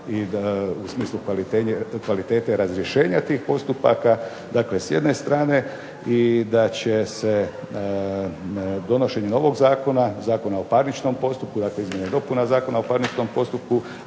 da u smislu kvalitete razrješenja tih postupaka s jedne strane, da će se donošenje novog Zakona, Zakona o parničnom postupku dakle, izmjene i dopune Zakona o parničnom postupku,